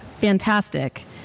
fantastic